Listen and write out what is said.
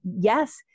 yes